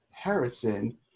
Harrison